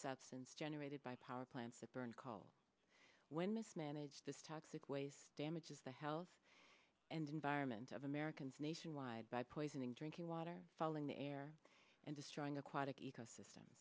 substance generated by power plants that burn call when mismanaged this toxic waste damages the health and environment of americans nationwide by poisoning drinking water falling the air and destroying aquatic ecosystem